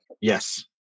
Yes